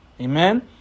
Amen